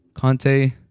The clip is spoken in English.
Conte